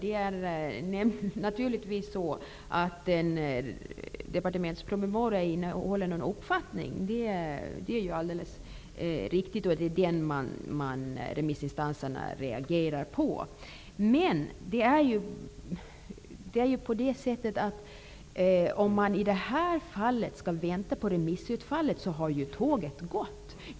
En departementspromemoria innehåller en viss uppfattning. Det är riktigt. Det är en lämnad uppfattning som remissinstanserna reagerar på. Men om man i detta fall skall vänta på remissutfallet har ju tåget gått.